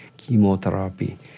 chemotherapy